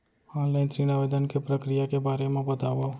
Online ऋण आवेदन के प्रक्रिया के बारे म बतावव?